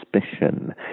suspicion